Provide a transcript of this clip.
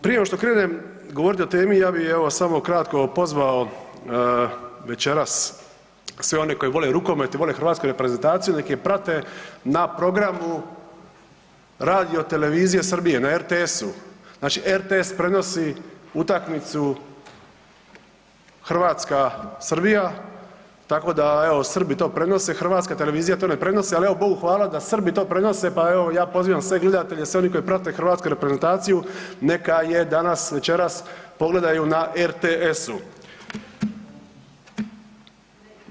Prije nego što krenem govoriti o temi, ja bi evo samo kratko pozvao večeras sve one koji vole rukomet, vole hrvatsku reprezentaciju nek je prate na programu Radiotelevizije Srbije, na RTS-u, znači RTS prenosi utakmicu Hrvatska-Srbija, tako da evo Srbi to prenose, HRT to ne prenosi, ali evo Bogu hvala da Srbi to prenose pa evo ja pozivam sve gledatelje, sve one koji prate hrvatsku reprezentaciju neka je danas večeras pogledaju na RTS-u.